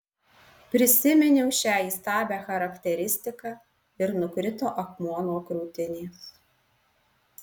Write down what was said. prisiminiau šią įstabią charakteristiką ir nukrito akmuo nuo krūtinės